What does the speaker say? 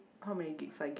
how many gig five gig